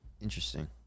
Interesting